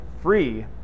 free